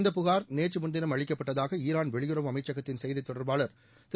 இந்த புஷர் நேற்று முன்தினம் அளிக்கப்பட்டதாக ஈரான் வெளியுறவு அமைச்சகத்தின் செய்தித்தொடர்பாளர் திரு